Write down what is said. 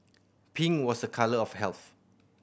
pink was a colour of health